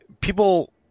people